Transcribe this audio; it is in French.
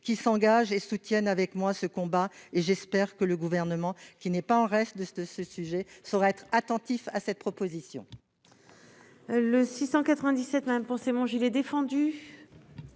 qui s'engage et soutiennent avec moi ce combat et j'espère que le gouvernement, qui n'est pas en reste, de ce de ce sujet ça, être attentif à cette proposition.